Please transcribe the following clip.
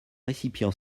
récipients